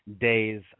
day's